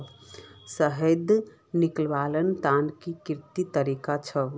शहद निकलव्वार तने कत्ते तरीका छेक?